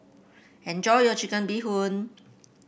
enjoy your Chicken Bee Hoon